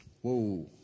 Whoa